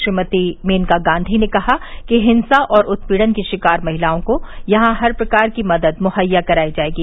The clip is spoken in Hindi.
श्रीमती मेनका गांधी ने कहा कि हिंसा और उत्पीड़न की शिकार महिलाओं को यहां हर प्रकार की मदद मुहैया करायी जायेगी